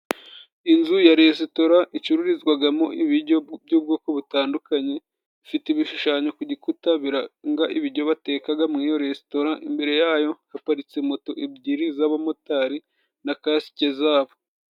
Inzu ya resitora icururizwagamo ibiryo by'ubwoko butandukanye, ifite ibishushanyo ku gikuta biranga iryo batekaga, muri iyo resitora imbere yayo haparitse moto ebyiri z'abamotari na kasike zabo.